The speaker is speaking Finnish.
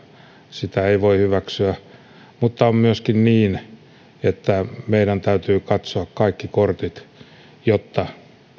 sitä ei voi hyväksyä mutta on myöskin niin että meidän täytyy katsoa kaikki kortit jotta